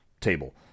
table